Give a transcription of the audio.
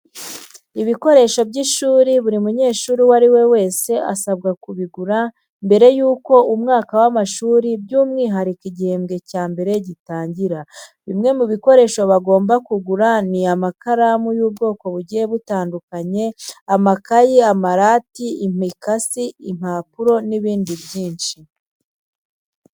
Ibikoresho by'ishuri buri munyeshuri uwo ari we wese asabwa kubigura mbere yuko umwaka w'amashuri by'umwuhariko igihembwe cya mbere gitangira. Bimwe mu bikoresho bagomba kugura ni amakaramu y'ubwoko bugiye butandukanye, amakayi, amarati, imikasi, impapuro n'ibindi byinshi.